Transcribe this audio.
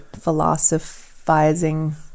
philosophizing